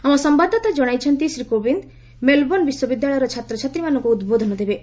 ଆମ ସମ୍ଭାଦଦାତା ଜଣାଇଛନ୍ତି ଶ୍ରୀ କୋବିନ୍ଦ୍ ମେଲ୍ବର୍ଣ୍ଣ ବିଶ୍ୱବିଦ୍ୟାଳୟର ଛାତ୍ରଛାତ୍ରୀମାନଙ୍କୁ ଉଦ୍ବୋଧନ ଦେବେ